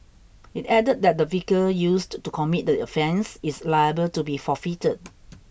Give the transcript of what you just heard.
it added that the vehicle used to commit the offence is liable to be forfeited